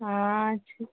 ஆ சரி